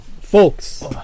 Folks